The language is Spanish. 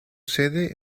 sede